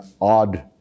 odd